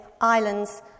islands